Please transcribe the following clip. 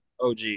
og